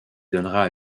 donnera